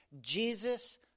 Jesus